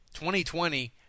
2020